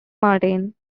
martin